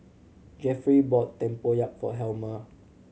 Jefferey bought tempoyak for Helmer